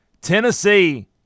Tennessee –